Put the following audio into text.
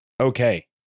okay